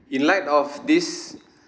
in light of this